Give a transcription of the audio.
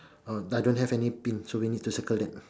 oh but I don't have any pin so we need to circle that